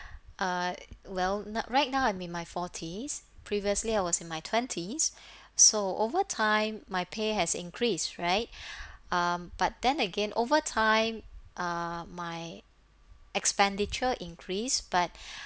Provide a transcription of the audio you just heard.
uh well n~ right now I'm in my forties previously I was in my twenties so over time my pay has increased right um but then again over time uh my expenditure increase but